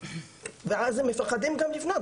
ואז הם גם מפחדים לפנות,